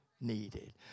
needed